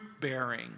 bearing